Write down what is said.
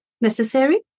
necessary